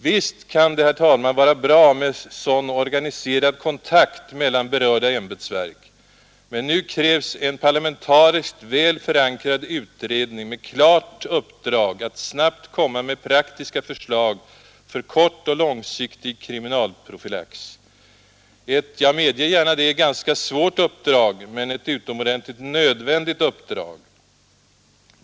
Visst kan det, herr talman, vara bra med sådan organiserad kontakt mellan berörda ämbetsverk, men nu krävs en parlamentariskt väl förankrad utredning med klart uppdrag att snabbt komma med praktiska förslag för kortoch långsiktig kriminalprofylax. Jag medger gärna att det är ett ganska svårt men utomordentligt nödvändigt uppdrag.